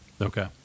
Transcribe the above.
Okay